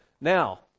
Now